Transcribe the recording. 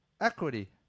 Equity